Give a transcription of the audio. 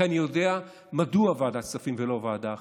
כי אני יודע מדוע ועדת הכספים ולא ועדה אחרת,